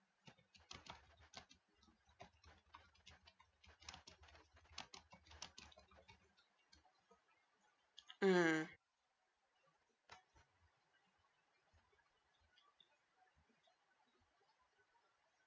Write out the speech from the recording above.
mm